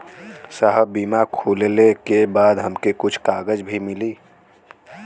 साहब बीमा खुलले के बाद हमके कुछ कागज भी मिली?